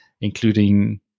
including